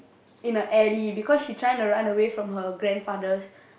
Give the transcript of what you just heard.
in a alley because she trying to run away from her grandfather's